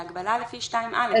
להגבלה לפי סעיף 2(א).